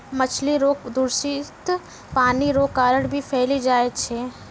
मछली रोग दूषित पानी रो कारण भी फैली जाय छै